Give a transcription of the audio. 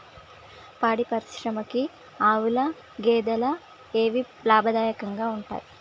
పాడి పరిశ్రమకు ఆవుల, గేదెల ఏవి లాభదాయకంగా ఉంటయ్?